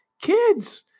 kids